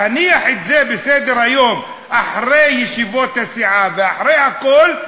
להניח את זה בסדר-היום אחרי ישיבות הסיעה ואחרי הכול,